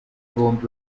bombi